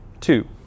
two